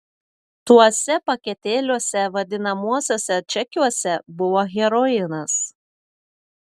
tuose paketėliuose vadinamuosiuose čekiuose buvo heroinas